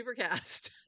supercast